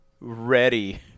ready